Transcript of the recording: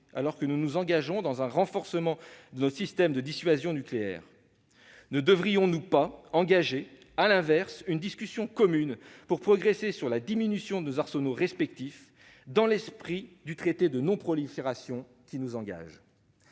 alors que nous nous engageons dans un renforcement de notre système de dissuasion nucléaire. Ne devrions-nous pas, à l'inverse, engager une discussion commune afin de progresser vers la réduction de nos arsenaux respectifs, dans l'esprit du traité sur la non-prolifération des armes